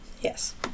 yes